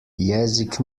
jezik